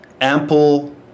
ample